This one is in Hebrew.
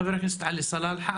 חבר הכנסת סלאלחה,